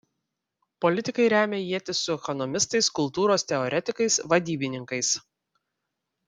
politikai remia ietis su ekonomistais kultūros teoretikais vadybininkais